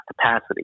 capacity